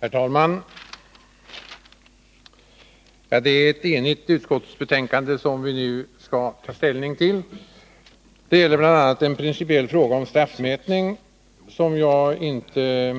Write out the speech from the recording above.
Herr talman! Det är ett enhälligt utskottsbetänkande som vi nu skall ta ställning till. Det gäller bl.a. en principiell fråga om straffmätning, som jag inte